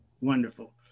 Wonderful